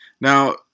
Now